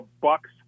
Bucks